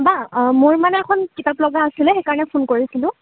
বা মোৰ মানে এখন কিতাপ লগা আছিলে সেইকাৰণে ফোন কৰিছিলোঁ